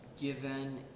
given